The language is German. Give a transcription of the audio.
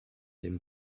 dem